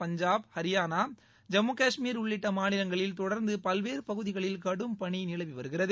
பஞ்சாட் ஹரியானா ஜம்மு கஷ்மீர் உள்ளிட்ட மாநிலங்களில் தொடர்ந்து பல்வேறு பகுதிகளில் கடும்பனி நிலவி வருகிறது